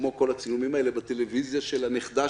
כמו בכל הצילומים האלה בטלוויזיה של הנכדה